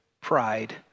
pride